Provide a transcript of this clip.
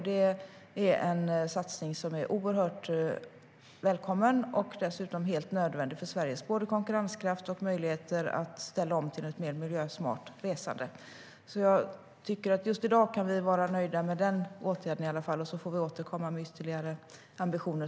Det är en satsning som är oerhört välkommen och dessutom helt nödvändig för Sveriges konkurrenskraft och möjligheter att ställa om till ett mer miljösmart resande. Just i dag kan vi vara nöjda med den åtgärden; så småningom får vi återkomma med ytterligare ambitioner.